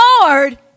Lord